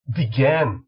began